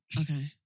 Okay